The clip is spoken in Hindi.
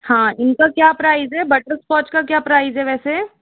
हाँ इनका क्या प्राइज़ है बटरस्कॉच का क्या प्राइज़ है वैसे